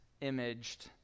imaged